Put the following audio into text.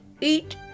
eat